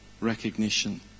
recognition